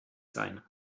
sein